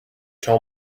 tow